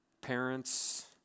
parents